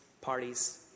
parties